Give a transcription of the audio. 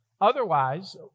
Otherwise